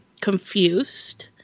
confused